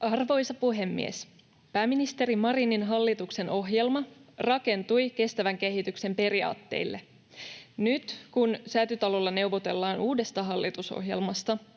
Arvoisa puhemies! Pääministeri Marinin hallituksen ohjelma rakentui kestävän kehityksen periaatteille. Nyt, kun Säätytalolla neuvotellaan uudesta hallitusohjelmasta,